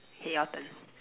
K your turn